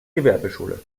gewerbeschule